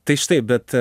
tai štai bet